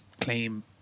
claim